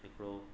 हिकिड़ो